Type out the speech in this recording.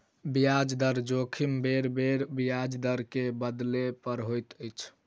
ब्याज दर जोखिम बेरबेर ब्याज दर के बदलै पर होइत अछि